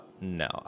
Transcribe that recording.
no